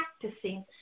practicing